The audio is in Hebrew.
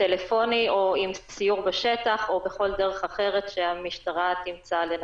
טלפוני או עם סיור בשטח או בכל דרך אחרת שהמשטרה תמצא לנכון.